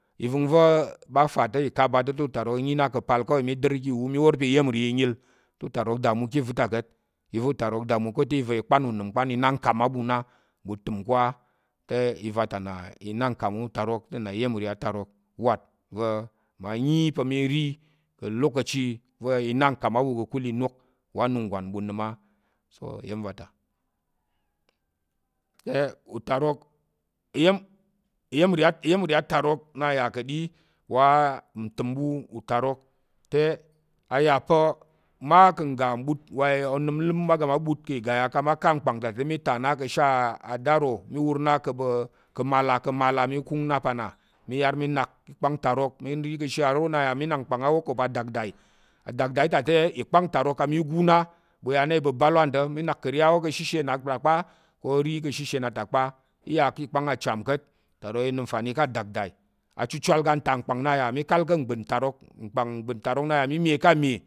I vəngva̱ ɓa fa ɓa ta̱ te utarok nnyi nna ka̱ apal ka̱ wai mi dər a̱ ìwu, mi wor pa̱ iya̱m nri iyə́l te utarok damu ká̱ iva̱ ta ka̱t iva̱ utarok damu ká̱ te iva i kpan unəm kpan i na nkam na ɓu təm ko á te iva ta na i na nkam utarok te nna iya̱ nri atarok wat va̱ mma nyi pa̱ mi i ri ka̱ lokaci va i na nkam a ɓu ka̱ inok wa anunggwan ɓu nəm á te utarok, iya̱m nri atarok nna yà ka̱ ɗi, a yà mma ka̱ ngga ɓut wa ləp mma ga a ɓut ka̱ tak igaya mi ta na ka̱ daro wur na ka̱ mala, mi kung na ka̱ mala, mala mi kung na pa na, mi yar mi nak ìkpáng tarok mi ri ka̱ ashe aro nna à mi wor pa̱ dakdai a dakdai ta e ikpang tarok kang mi gun na ɓu ya na ibəbal wan ta̱ mi nak kəri a wó ka̱ ashe nna ta kpa o ri ka̱ ashishe nna ta kpa, i ya ká̱ ikpang acham ka̱t utarok i nəm nfani ká̱ ìkpang adakdai achuwal aga n ta ngkpang nna ya kpa mi kal ká̱ ngbət ntarok, ngkpag mgbət ntarok na ya mi me ká̱ ame.